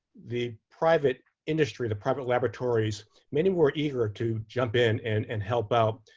the private industry, the private laboratories many were eager to jump in and and help out.